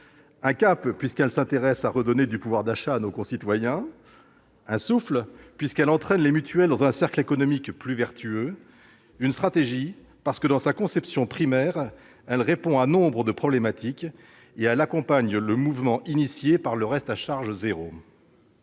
Un cap, puisqu'elle vise à redonner du pouvoir d'achat à nos concitoyens ; un souffle, puisqu'elle entraîne les mutuelles dans un cercle économique plus vertueux ; une stratégie, parce que, dans sa conception première, elle répond à nombre de problématiques et elle accompagne le mouvement engagé par le reste à charge zéro.